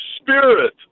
Spirit